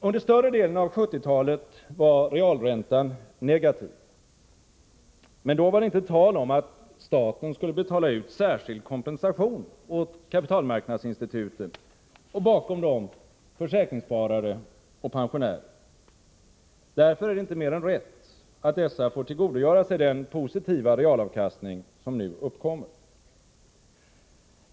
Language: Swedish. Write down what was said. Under större delen av 1970-talet var realräntan negativ, men då var det inte tal om att staten skulle betala ut särskild kompensation åt kapitalmarknadsinstituten och bakom dem försäkringssparare och pensionärer. Därför är det inte mer än rätt att dessa får tillgodogöra sig den positiva realavkastning som nu uppkommer.